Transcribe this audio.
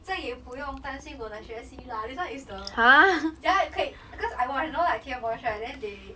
再也不用担心我的学习 lah this [one] is the ya okay because I watch you know like T_F boys right then they